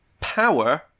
power